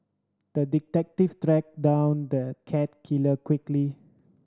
the detective tracked down the cat killer quickly